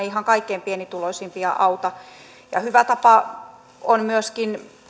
ihan kaikkein pienituloisimpia auta hyvä tapa on myöskin